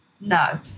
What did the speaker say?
No